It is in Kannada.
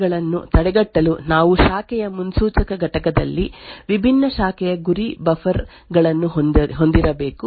ವೇರಿಯಂಟ್ 2 ದಾಳಿಗಳನ್ನು ತಡೆಗಟ್ಟಲು ನಾವು ಶಾಖೆಯ ಮುನ್ಸೂಚಕ ಘಟಕದಲ್ಲಿ ವಿಭಿನ್ನ ಶಾಖೆಯ ಗುರಿ ಬಫರ್ ಗಳನ್ನು ಹೊಂದಿರಬೇಕು